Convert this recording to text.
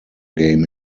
game